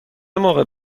موقع